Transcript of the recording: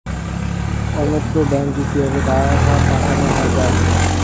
অন্যত্র ব্যংকে কিভাবে টাকা পাঠানো য়ায়?